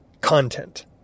content